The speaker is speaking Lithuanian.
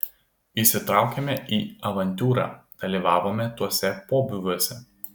įsitraukėme į avantiūrą dalyvavome tuose pobūviuose